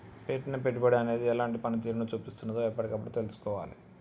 పెట్టిన పెట్టుబడి అనేది ఎలాంటి పనితీరును చూపిస్తున్నదో ఎప్పటికప్పుడు తెల్సుకోవాలే